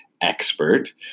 expert